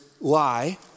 lie